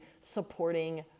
supporting